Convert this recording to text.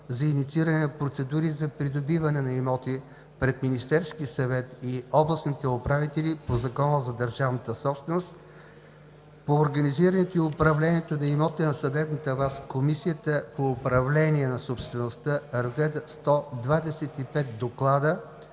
за иницииране на процедури за придобиване на имоти пред Министерския съвет и областните управители по Закона за държавната собственост. По организирането и управлението на съдебната власт Комисията по управление на собствеността разгледа 125 доклада